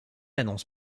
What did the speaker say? annonce